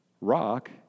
rock